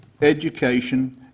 education